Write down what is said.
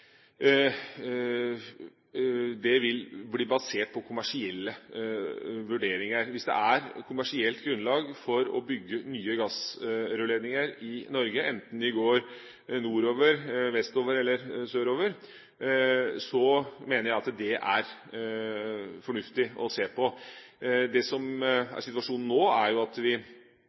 Det vil bli basert på kommersielle vurderinger. Hvis det er kommersielt grunnlag for å bygge nye gassrørledninger i Norge – enten de går nordover, vestover eller sørover – mener jeg at det er fornuftig å se på det. Situasjonen nå er jo at vi